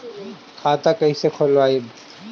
खाता कईसे खोलबाइ?